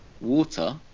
water